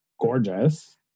gorgeous